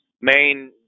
main